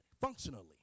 functionally